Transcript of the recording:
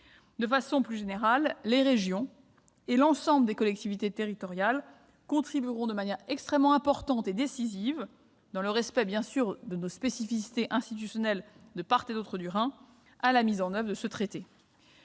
De façon plus générale, les régions et l'ensemble des collectivités territoriales contribueront de manière extrêmement importante et décisive, dans le respect de nos spécificités institutionnelles de part et d'autre du Rhin, à la mise en oeuvre de ce traité.